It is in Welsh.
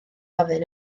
ofyn